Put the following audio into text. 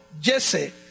Jesse